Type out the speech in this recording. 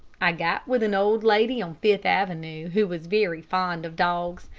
i got with an old lady on fifth avenue, who was very fond of dogs.